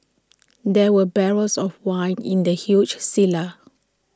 there were barrels of wine in the huge cellar